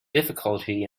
difficulty